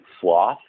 sloth